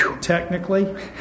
Technically